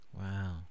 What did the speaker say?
Wow